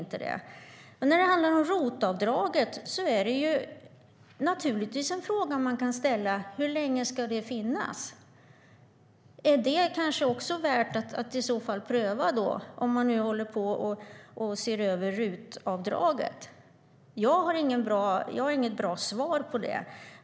När det handlar om ROT-avdraget kan man naturligtvis ställa frågan: Hur länge ska det finnas? Är det också värt att pröva, om man nu håller på att se över RUT-avdraget? Jag har inget bra svar på det.